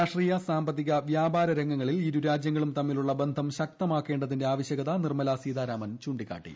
രാഷ്ട്രീയ സാമ്പത്തിക വ്യാപാര രംഗങ്ങളിൽ ഇരു രാജ്യങ്ങളും തമ്മിലുള്ള ബന്ധം ശക്തമാക്കേണ്ടതിന്റെ ആവശ്യകത നിർമ്മല സീതാരാമൻ ചൂണ്ടിക്കാട്ടി